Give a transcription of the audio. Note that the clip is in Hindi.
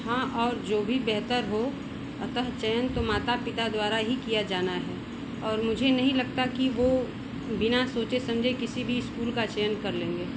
हाँ और जो भी बेहतर हो अतः चयन तो माता पिता द्वारा ही किया जाना है और मुझे नहीं लगता कि वह बिना सोचे समझे किसी भी स्कूल का चयन कर लेंगे